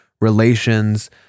relations